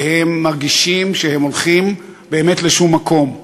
והם מרגישים שהם הולכים באמת לשום מקום.